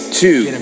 two